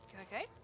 Okay